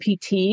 PT